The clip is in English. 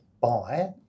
buy